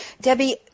Debbie